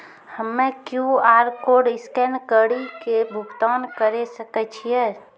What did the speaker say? हम्मय QR code scan कड़ी के भुगतान करें सकय छियै?